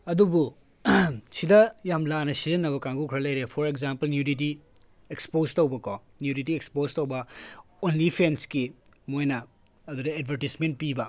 ꯑꯗꯨꯕꯨ ꯁꯤꯗ ꯌꯥꯝ ꯂꯥꯟꯅ ꯁꯤꯖꯤꯟꯅꯕ ꯀꯥꯡꯕꯨ ꯈꯔ ꯂꯩꯔꯦ ꯐꯣꯔ ꯑꯦꯛꯖꯥꯝꯄꯜ ꯅ꯭ꯌꯨꯗꯤꯇꯤ ꯑꯦꯛꯁꯄꯣꯖ ꯇꯧꯕꯀꯣ ꯅ꯭ꯌꯨꯗꯤꯇꯤ ꯑꯦꯛꯁꯄꯣꯖ ꯇꯧꯕ ꯑꯣꯡꯂꯤ ꯐꯦꯟꯁꯀꯤ ꯃꯣꯏꯅ ꯑꯗꯨꯗ ꯑꯦꯗꯚꯔꯇꯤꯖꯃꯦꯟꯠ ꯄꯤꯕ